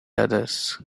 others